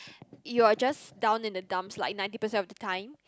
you are just down in the dumps like ninety percent of the time